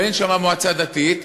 שאין שם מועצה דתית,